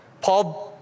Paul